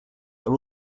are